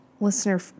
listener